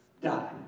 die